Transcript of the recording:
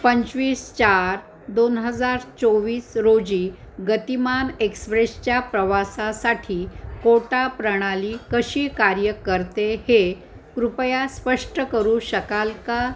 पंचवीस चार दोन हजार चोवीस रोजी गतिमान एक्सप्रेशच्या प्रवासासाठी कोटा प्रणाली कशी कार्य करते हे कृपया स्पष्ट करू शकाल का